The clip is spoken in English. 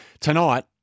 tonight